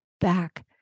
back